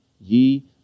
ye